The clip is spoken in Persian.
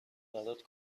برات